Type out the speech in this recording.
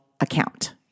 account